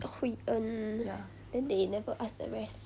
hui en then they never ask the rest